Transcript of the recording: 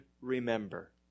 remember